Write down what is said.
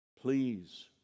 Please